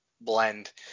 blend